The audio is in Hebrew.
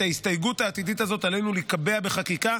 את ההסתייגות העתידית הזאת עלינו לקבע בחקיקה,